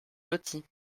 loties